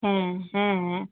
হ্যাঁ হ্যাঁ